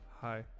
Hi